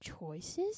choices